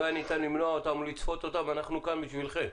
התשפ"א-2020.